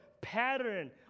pattern